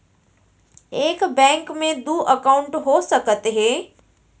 एक बैंक में दू एकाउंट हो सकत हे?